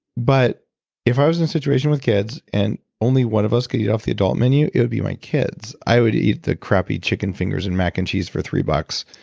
but if i was in a situation with kids and only one of us could eat off the adult menu, it would be my kids. i would eat the crappy chicken fingers and mac and cheese for three bucks.